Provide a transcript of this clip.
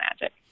magic